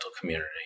community